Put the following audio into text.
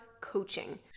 coaching